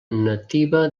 nativa